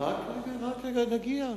רק רגע,